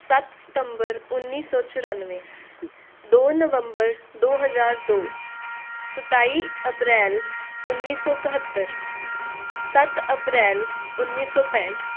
ਸੱਤ ਸਤੰਬਰ ਉੱਨੀ ਸੌ ਚੁਰਾਨਵੇਂ ਦੋ ਨਵੰਬਰ ਦੋ ਹਜ਼ਾਰ ਦੋ ਸਤਾਈ ਅਪ੍ਰੈਲ ਉੱਨੀ ਸੌ ਇਕਹੱਤਰ ਸੱਤ ਅਪ੍ਰੈਲ ਉੱਨੀ ਸੌ ਪੈਂਹਠ